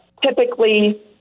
typically